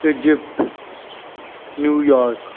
Egypt New York